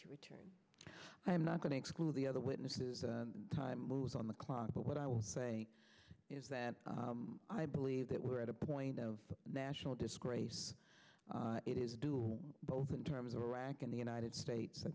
to return i'm not going to exclude the other witnesses the time moves on the clock but what i will say is that i believe that we're at a point of national disgrace it is doing both in terms of iraq and the united states i